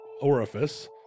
orifice